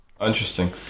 interesting